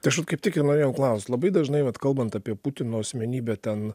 tai aš vat kaip tik ir norėjau klaust labai dažnai vat kalbant apie putino asmenybę ten